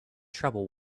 trouble